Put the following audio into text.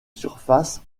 surface